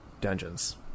dungeons